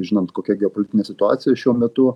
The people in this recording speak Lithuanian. žinant kokia geopolitinė situacija šiuo metu